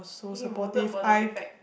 we voted for the prefect